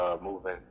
moving